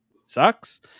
sucks